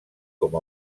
com